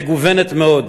מגוונת מאוד,